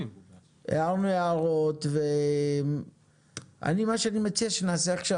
הערנו הערות ואני מה שאני מציע שנעשה עכשיו,